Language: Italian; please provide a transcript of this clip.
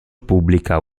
pubblica